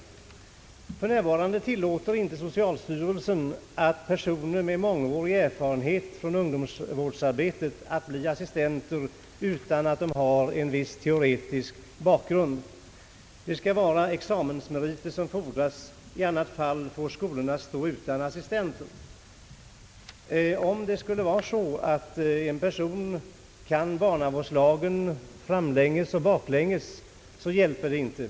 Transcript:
För närvarande tillåter inte socialstyrelsen att personer med mångårig erfarenhet från ungdomsvårdsarbete blir assistenter utan att de har en viss teoretisk bakgrund. Om de inte har examensmeriter får skolorna stå utan assistenter. Om en person kan barnavårdslagen framlänges och baklänges, så hjälper det inte.